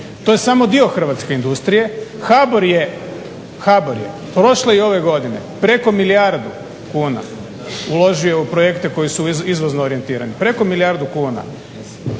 To je samo dio hrvatske industrije. HBOR je prošle i ove godine preko milijardu kuna uložio u projekte koji su izvozno orijentirani, preko milijardu kuna.